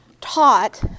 taught